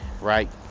Right